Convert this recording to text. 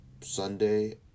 Sunday